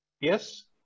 Yes